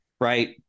Right